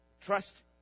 Trust